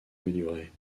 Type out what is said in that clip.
améliorée